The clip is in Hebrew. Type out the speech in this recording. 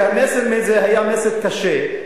כי המסר מזה היה מסר קשה,